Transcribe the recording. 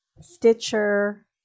Stitcher